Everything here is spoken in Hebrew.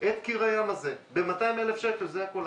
את קיר הים הזה ב-200,000 שקל, זה הכול.